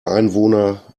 einwohner